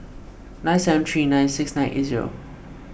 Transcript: nine seven three nine six nine eight zero